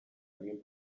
alguien